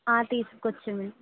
తీసుకొచ్చామండి